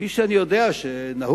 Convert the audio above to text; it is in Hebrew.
כפי שאני יודע שנהוג,